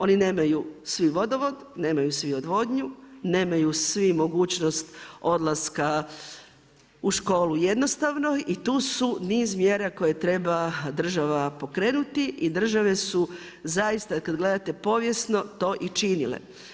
Oni nemaju svi vodovod, nemaju svi odvodnju, nemaju svi mogućnost odlaska u školu jednostavno i tu su niz mjera koje treba država pokrenuti i države su zaista kad gledate povijesno to i činile.